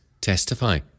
testify